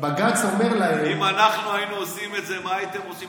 אם אנחנו היינו עושים את זה, מה הייתם עושים?